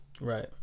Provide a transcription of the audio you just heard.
Right